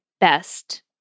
best